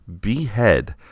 behead